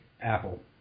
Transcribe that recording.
Apple